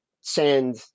send